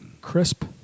crisp